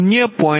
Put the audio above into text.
8492 0